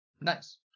Nice